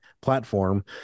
platform